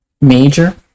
major